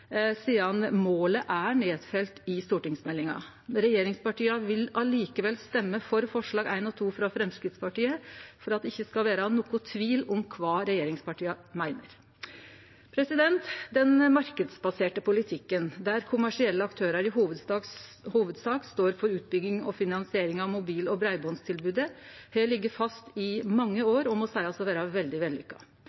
sidan målet er nedfelt i stortingsmeldinga. Regjeringspartia vil likevel stemme for forslaga nr. 1 og 2, frå Framstegspartiet, for at det ikkje skal vere nokon tvil om kva regjeringspartia meiner. Den marknadsbaserte politikken, der kommersielle aktørar i hovudsak står for utbygging og finansiering av mobil- og breibandstilbodet, har lege fast i mange år og må seiast å